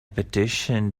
petition